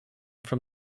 from